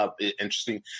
interesting